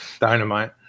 dynamite